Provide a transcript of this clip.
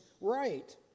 right